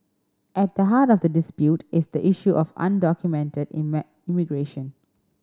at the heart of the dispute is the issue of undocumented immigration